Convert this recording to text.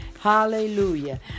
Hallelujah